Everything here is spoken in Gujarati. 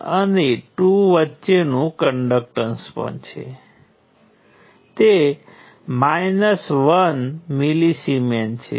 હવે ચાલો જોઈએ કે જો નોડ 1 અને 2 વચ્ચે રેઝિસ્ટન્સ જોડાયેલ છે તો શું થાય છે તે આ કંડક્ટન્સ મેટ્રિક્સમાં કેવી રીતે કામ આપે છે